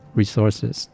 resources